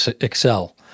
excel